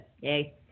Yay